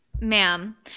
Ma'am